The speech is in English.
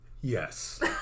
Yes